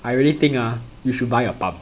I really think ah you should buy a pump